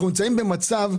אנחנו נמצאים במצב,